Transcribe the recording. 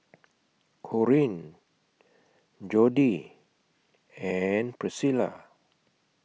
Corene Jodie and Priscila